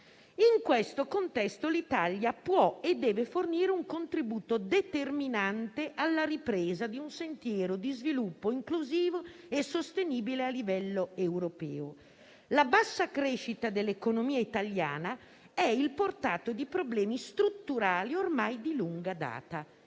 In questo contesto, l'Italia può e deve fornire un contributo determinante alla ripresa di un sentiero di sviluppo inclusivo e sostenibile a livello europeo (...). La bassa crescita dell'economia italiana è il portato di problemi strutturali ormai di lunga data».